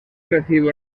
recibe